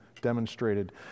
demonstrated